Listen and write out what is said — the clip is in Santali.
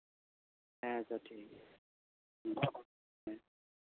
ᱦᱮᱸᱛᱚ ᱴᱷᱤᱠ ᱜᱮᱭᱟ ᱦᱮᱸ ᱦᱮᱸ